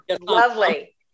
lovely